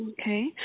Okay